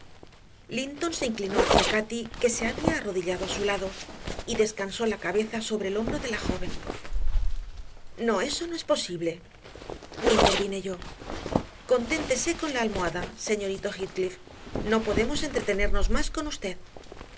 linton se inclinó hacia cati que se había arrodillado a su lado y descansó la cabeza sobre el hombro de la joven no eso no es posible intervine yo conténtese con la almohada señorito heathcliff no podemos entretenernos más con usted